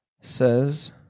says